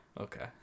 Okay